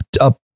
up